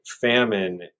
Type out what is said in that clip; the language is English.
famine